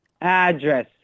Address